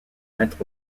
mettre